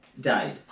died